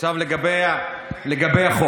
עכשיו לגבי החוק.